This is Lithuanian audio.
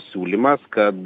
siūlymas kad